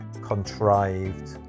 contrived